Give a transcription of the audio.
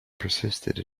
persisted